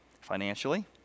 Financially